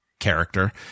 character